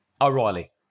O'Reilly